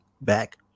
back